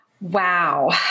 Wow